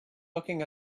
looking